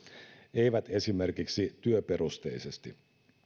eivät esimerkiksi työperusteisesti